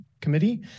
Committee